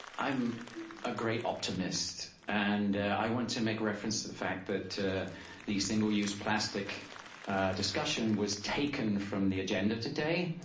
i'm a great optimist. and i want to make reference to the fact that the single use plastic discussion was taken from the agenda today.